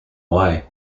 way